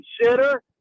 consider